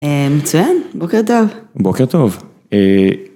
מצוין בוקר טוב. בוקר טוב.